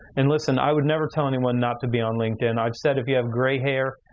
and listen, i would never tell anyone not to be on linkedin. i've said if you have gray hair,